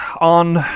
on